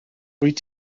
wyt